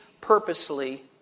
purposely